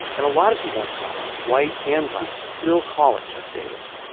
and a lot of people in selma, white and black, still call it jeff davis